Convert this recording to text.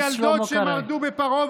תלמדו מהמיילדות שמרדו בפרעה,